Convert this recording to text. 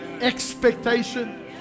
Expectation